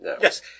yes